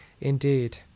Indeed